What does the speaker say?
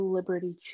Liberty